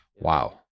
Wow